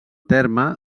terme